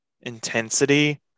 intensity